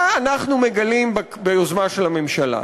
מה אנחנו מגלים ביוזמה של הממשלה?